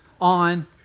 on